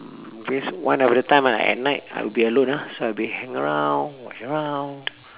waste one of the time ah at night I will be alone lah so I will be hang around walk around